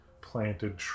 planted